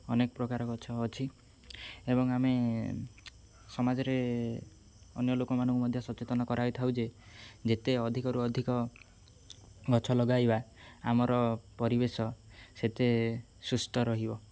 ଅନେକ ପ୍ରକାର ଗଛ ଅଛି ଏବଂ ଆମେ ସମାଜରେ ଅନ୍ୟ ଲୋକମାନଙ୍କୁ ମଧ୍ୟ ସଚେତନ କରାଇଥାଉ ଯେ ଯେତେ ଅଧିକରୁ ଅଧିକ ଗଛ ଲଗାଇବା ଆମର ପରିବେଶ ସେତେ ସୁସ୍ଥ ରହିବ